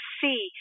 see